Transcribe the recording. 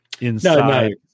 inside